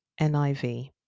NIV